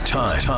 time